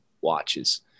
watches